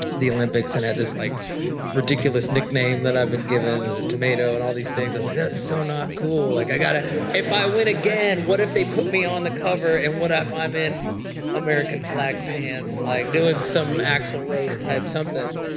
the olympics and had this like ridiculous nickname that i had been given, tomato and all these things. i was like, that's so not cool, like i gotta, if i win again what if they put me on the cover and what ah if i'm in american flag pants like doing some axel rose type something.